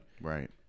Right